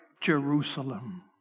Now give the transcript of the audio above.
Jerusalem